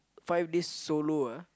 five days solo ah